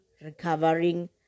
recovering